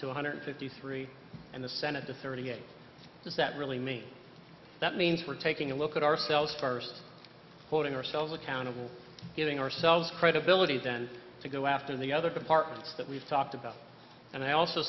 one hundred fifty three and the senate to thirty eight is that really me that means we're taking a look at ourselves first holding ourselves accountable giving ourselves credibility and then to go after the other compartments that we've talked about and i also